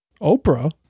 Oprah